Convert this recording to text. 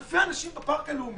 אלפי אנשים בפארק הלאומי,